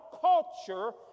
culture